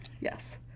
yes